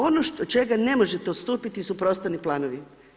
Ono od čega ne možete odstupiti su prostorni planovi.